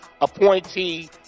appointee